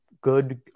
good